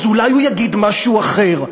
אולי הוא יגיד משהו אחר.